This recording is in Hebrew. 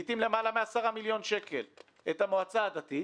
לעתים למעלה מ-10 מיליון שקל את המועצה הדתית